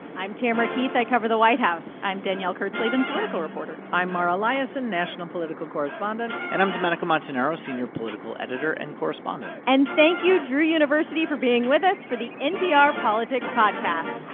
i'm tamara keith. i cover the white house i'm danielle kurtzleben, political reporter i'm mara liasson, national political correspondent and i'm domenico montanaro, senior political editor and correspondent and thank you, drew university, for being with us for the npr politics podcast